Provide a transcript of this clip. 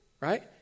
right